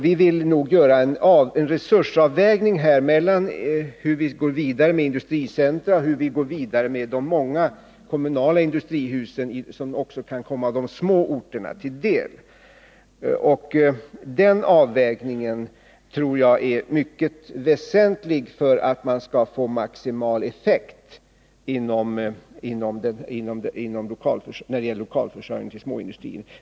Vi vill nog göra en resursavvägning mellan hur vi går vidare med industricentra, hur vi går vidare med de många kommunala industrihusen, vilka också kan komma de små orterna till del. Den avvägningen tror jag är mycket väsentlig för att man skall få maximal effekt när det gäller lokalförsörjningen för småindustrier.